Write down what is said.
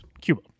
Cuba